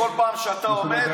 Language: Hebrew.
כל פעם שאתה עומד,